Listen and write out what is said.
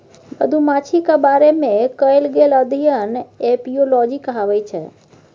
मधुमाछीक बारे मे कएल गेल अध्ययन एपियोलाँजी कहाबै छै